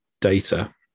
data